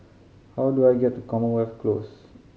how do I get to Commonwealth Close